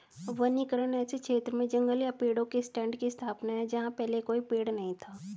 वनीकरण ऐसे क्षेत्र में जंगल या पेड़ों के स्टैंड की स्थापना है जहां पहले कोई पेड़ नहीं था